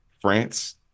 France